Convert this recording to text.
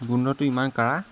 গোন্ধটো ইমান কাঢ়া